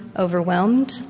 Overwhelmed